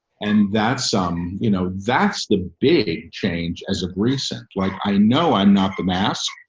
and that's um, you know, that's the big change as of recent. like i know i'm not the mass,